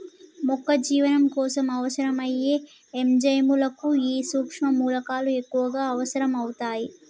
మొక్క జీవనం కోసం అవసరం అయ్యే ఎంజైముల కు ఈ సుక్ష్మ మూలకాలు ఎక్కువగా అవసరం అవుతాయి